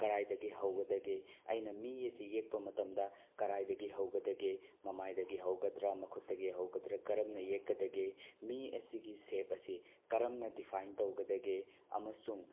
ꯀꯔꯥꯏꯗꯒꯤ ꯍꯧꯒꯗꯒꯦ ꯑꯩꯅ ꯃꯤ ꯑꯁꯤ ꯌꯦꯛꯄ ꯃꯇꯝꯗ ꯀꯔꯥꯏꯗꯒꯤ ꯍꯧꯒꯗꯒꯦ ꯃꯃꯥꯏꯗꯒꯤ ꯍꯧꯒꯗ꯭ꯔ ꯃꯈꯨꯠꯇꯒꯤ ꯍꯧꯒꯗ꯭ꯔ ꯀꯔꯝꯅ ꯌꯦꯛꯀꯗꯒꯦ ꯃꯤ ꯑꯁꯤꯒꯤ ꯁꯦꯞ ꯑꯁꯤ ꯀꯔꯝꯕ ꯗꯤꯐꯥꯏꯟ ꯇꯧꯒꯗꯒꯦ ꯑꯃꯁꯨꯡ